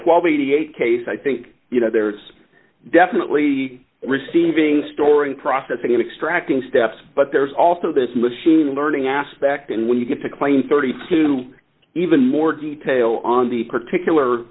and eighty eight case i think you know there's definitely receiving storing processing in extracting steps but there's also this machine learning aspect and when you get to claim thirty two dollars even more detail on the particular